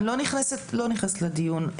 אני לא נכנסת לדיון.